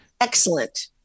Excellent